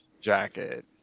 jacket